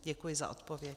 Děkuji za odpověď.